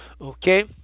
Okay